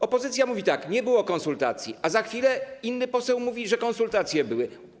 Opozycja mówi, że nie było konsultacji, a za chwilę inny poseł mówi, że konsultacje były.